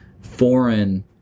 foreign